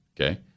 Okay